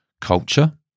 culture